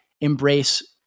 embrace